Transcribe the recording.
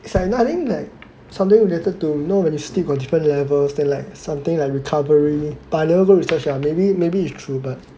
it's like I think something related to know when you sleep got different levels then like something like recovery but I never research sia so maybe maybe it's true but I don't know